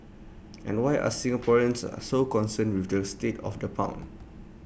and why are Singaporeans are so concerned with the state of the pound